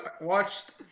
watched